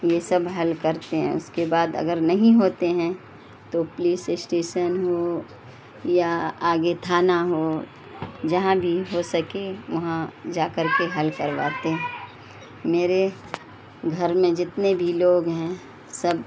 یہ سب حل کرتے ہیں اس کے بعد اگر نہیں ہوتے ہیں تو پولیس اسٹیشن ہو یا آگے تھانہ ہو جہاں بھی ہو سکے وہاں جا کر کے حل کرواتے ہیں میرے گھر میں جتنے بھی لوگ ہیں سب